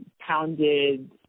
pounded